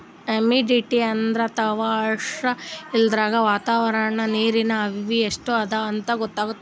humidity ಅಂದ್ರ ತೆವಾಂಶ್ ಇದ್ರಾಗ್ ವಾತಾವರಣ್ದಾಗ್ ನೀರಿನ್ ಆವಿ ಎಷ್ಟ್ ಅದಾಂತ್ ಗೊತ್ತಾಗ್ತದ್